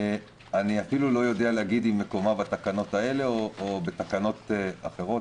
אני אפילו לא יודע להגיד אם מקומה בתקנות האלה או בתקנות אחרות,